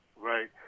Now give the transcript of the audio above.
Right